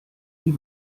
die